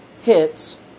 hits